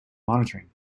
monitoring